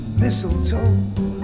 mistletoe